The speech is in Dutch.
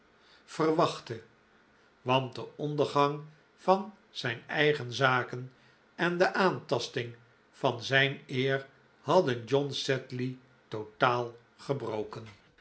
verwachtte want de ondergang van zijn eigen zaken en de aantasting van zijn eer hadden john sedley totaal gebroken